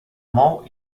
mou